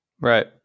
Right